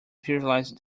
visualise